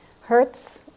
Hertz